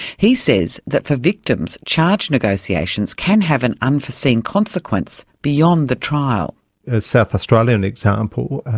he says that for victims, charge negotiations can have an unforeseen consequence beyond the trial. a south australian example,